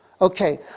Okay